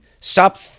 Stop